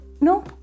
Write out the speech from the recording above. no